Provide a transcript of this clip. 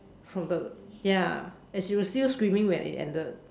from the ya and she was still screaming when it ended